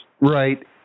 Right